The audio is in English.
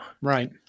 Right